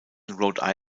rhode